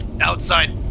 outside